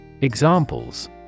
Examples